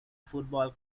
football